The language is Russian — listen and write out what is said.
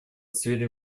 сфере